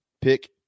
pick